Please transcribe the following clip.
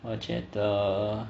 我觉得